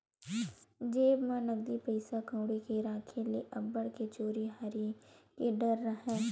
जेब म नकदी पइसा कउड़ी के राखे ले अब्बड़ के चोरी हारी के डर राहय